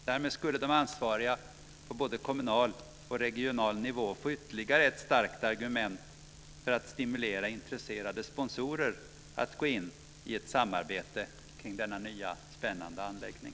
Därmed skulle de ansvariga på både kommunal och regional nivå få ytterligare ett starkt argument för att stimulera intresserade sponsorer att gå in i ett samarbete kring denna nya spännande anläggning.